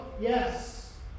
yes